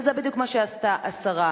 וזה בדיוק מה שעשתה השרה.